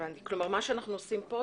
מה שאנחנו עושים כאן,